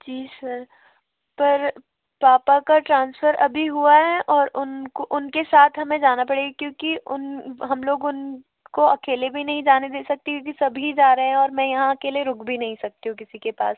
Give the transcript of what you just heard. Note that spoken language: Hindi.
जी सर पर पापा का ट्रांसफर अभी हुआ है और उनको उनके साथ हमें जाना पड़ेगा क्योंकी उन हम लोग उनको अकेले भी नहीं जाने दे सकते क्योंकी सभी जा रहे हैं और मैं यहाँ अकेले रुक भी नहीं सकती हूँ किसी के पास